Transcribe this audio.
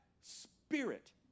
spirit